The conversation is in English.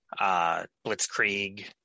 Blitzkrieg